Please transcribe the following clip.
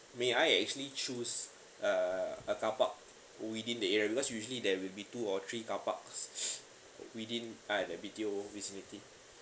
may I actually choose uh a carpark within the area because usually there will be two or three carparks within uh B_T_O vicinity